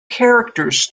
characters